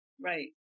right